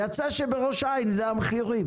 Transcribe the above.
יצא שבראש העין אלה המחירים.